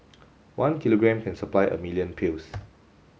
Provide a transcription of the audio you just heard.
one kilogram can supply a million pills